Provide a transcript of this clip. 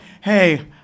hey